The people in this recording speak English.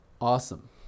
awesome